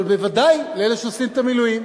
אבל בוודאי לאלה שעושים את המילואים.